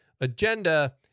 agenda